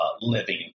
living